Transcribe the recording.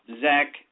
Zach